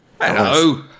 Hello